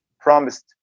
promised